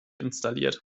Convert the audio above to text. installiert